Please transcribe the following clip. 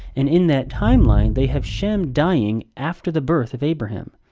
and in that timeline, they have shem dying after the birth of abraham.